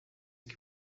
que